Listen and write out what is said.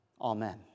Amen